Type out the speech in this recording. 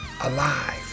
alive